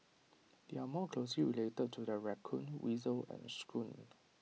they are more closely related to the raccoon weasel and skunk